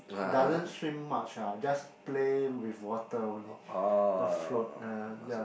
doesn't swim much ah just play with water only the float uh ya